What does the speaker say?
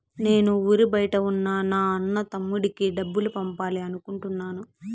నేను ఊరి బయట ఉన్న నా అన్న, తమ్ముడికి డబ్బులు పంపాలి అనుకుంటున్నాను